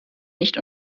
nicht